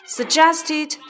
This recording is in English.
Suggested